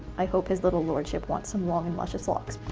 i hope his little lordship wants some long and luscious locks.